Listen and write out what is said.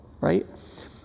right